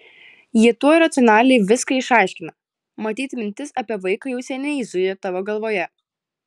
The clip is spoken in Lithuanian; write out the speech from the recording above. jie tuoj racionaliai viską išaiškina matyt mintis apie vaiką jau seniai zujo tavo galvoje